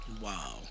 Wow